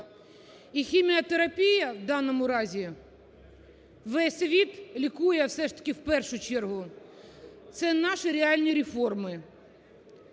І хіміотерапія у даному разі, весь світ лікує все ж таки в першу чергу, це наші реальні реформи,